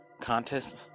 Contest